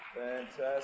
Fantastic